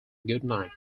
goodnight